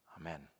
Amen